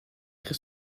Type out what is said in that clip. très